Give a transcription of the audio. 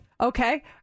Okay